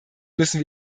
müssen